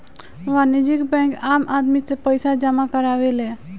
वाणिज्यिक बैंक आम आदमी से पईसा जामा करावेले